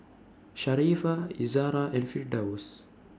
Sharifah Izzara and Firdaus